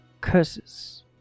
curses